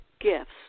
gifts